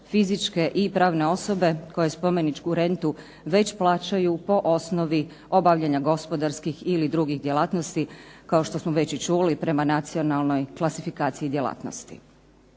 fizičke i pravne osobe koje spomeničku rentu već plaćaju po osnovi obavljanja gospodarskih ili drugih djelatnosti, kao što smo već i čuli prema nacionalnoj klasifikaciji djelatnosti.